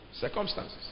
Circumstances